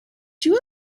you